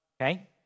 Okay